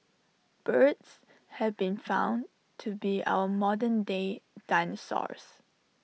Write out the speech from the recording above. birds have been found to be our modern day dinosaurs